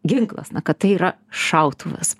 ginklas na kad tai yra šautuvas